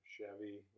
Chevy